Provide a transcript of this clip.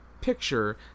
picture